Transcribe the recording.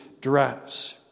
dress